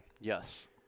Yes